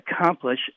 accomplish